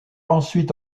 ensuite